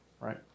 right